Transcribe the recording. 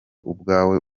ubwawe